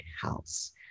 House